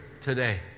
today